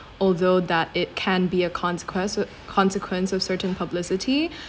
although that it can be a conseque~ consequence of certain publicity